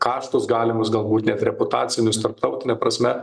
kastus galimus galbūt net reputacinius tarptautine prasme